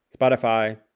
Spotify